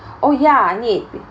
oh ya I need